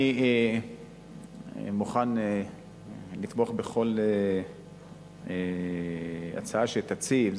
אני מוכן לתמוך בכל הצעה שתציעי,